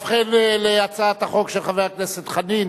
ובכן, להצעת החוק של חבר הכנסת דב חנין